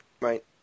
Right